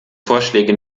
vorschläge